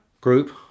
group